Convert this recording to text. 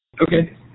Okay